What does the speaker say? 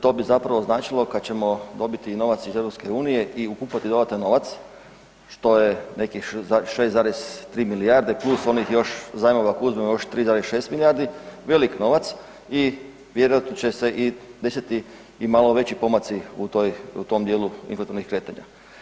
To bi zapravo značilo kad ćemo dobiti i novac iz EU-a i upumpati dodatan novac, što je nekih 6,3 milijarde plus onih još zajmova ako uzmemo još 3,6 milijardi, veliki novac i vjerojatno će se i desiti i malo veći pomaci u tom djelu ... kretanja.